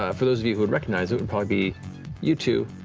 ah for those of you who would recognize it, would probably be you two,